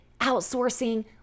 outsourcing